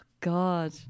God